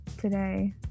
today